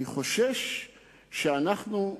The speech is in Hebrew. אני חושש שאנחנו,